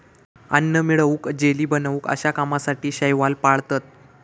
अन्न मिळवूक, जेली बनवूक अश्या कामासाठी शैवाल पाळतत